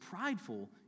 prideful